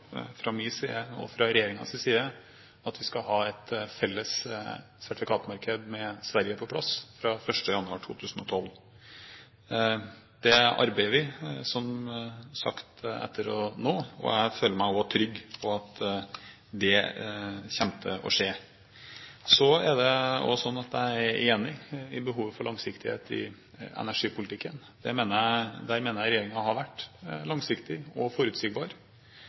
fra min side og fra regjeringens side, at vi skal ha et felles elsertifikatmarked med Sverige på plass fra 1. januar 2012. Det arbeider vi som sagt for å nå, og jeg føler meg også trygg på at det kommer til å skje. Jeg er enig i behovet for langsiktighet i energipolitikken. Der mener jeg regjeringen har vært langsiktig og forutsigbar.